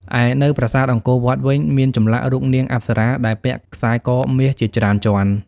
ឯនៅប្រាសាទអង្គរវត្តវិញ មានចម្លាក់រូបនាងអប្សរាដែលពាក់ខ្សែកមាសជាច្រើនជាន់។